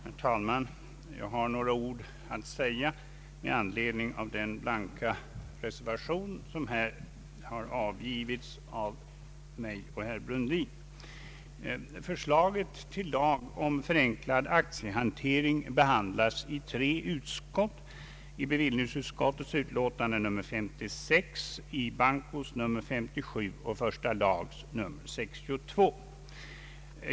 Herr talman! Jag har några ord att säga med anledning av den blanka reservation som i detta ärende har avgivits av mig och herr Brundin. Förslaget till lag om förenklad aktiehantering behandlas i tre utlåtanden, nämligen bevillningsutskottets betänkande nr 56, bankoutskottets utlåtande nr 57 och första lagutskottets utlåtande nr 62.